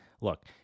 Look